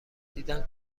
دیدن